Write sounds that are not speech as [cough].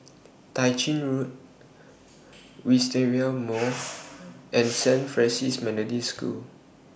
Tai [unintelligible] Road Wisteria Mall and Saint Francis [unintelligible] School